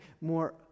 more